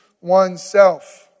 oneself